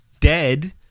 dead